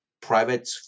private